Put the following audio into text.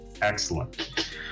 excellent